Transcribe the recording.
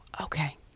okay